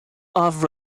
off